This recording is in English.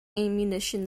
ammunition